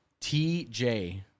TJ